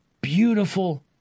beautiful